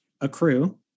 accrue